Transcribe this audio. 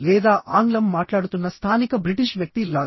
లేదా ఆంగ్లం మాట్లాడుతున్న స్థానిక బ్రిటిష్ వ్యక్తి లాగ